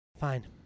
Fine